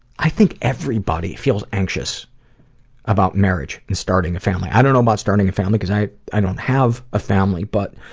i think everybody feels anxious about marriage and starting a family. i don't know about starting a family, because i i don't have a family but,